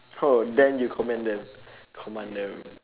then you commend them command them